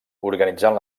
organitzant